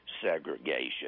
segregation